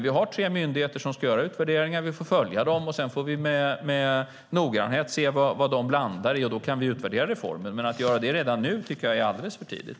Vi har tre myndigheter som ska göra utvärderingar. Vi får följa dem och sedan med noggrannhet se vad de landar i, och då kan vi utvärdera reformen. Att göra det redan nu tycker jag är alldeles för tidigt.